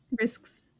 Risks